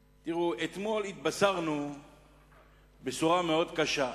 תראו, אתמול התבשרנו בשורה מאוד קשה: